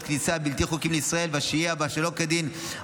הכניסה הבלתי חוקית לישראל והשהייה בה שלא כדין,